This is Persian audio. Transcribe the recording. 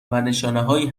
نشانههایی